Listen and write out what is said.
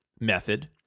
method